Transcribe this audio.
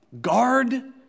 guard